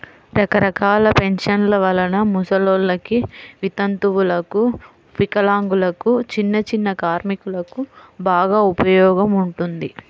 రకరకాల పెన్షన్ల వలన ముసలోల్లకి, వితంతువులకు, వికలాంగులకు, చిన్నచిన్న కార్మికులకు బాగా ఉపయోగం ఉంటుంది